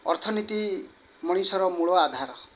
ଅର୍ଥନୀତି ମଣିଷର ମୂଳ ଆଧାର